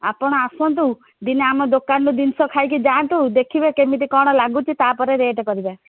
ଆପଣ ଆସନ୍ତୁ ଦିନେ ଆମ ଦୋକାନରୁ ଜିନିଷ ଖାଇକି ଯାଆନ୍ତୁ ଦେଖିବେ କେମିତି କ'ଣ ଲାଗୁଛି ତା'ପରେ ରେଟ୍ କରିବା